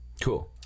Cool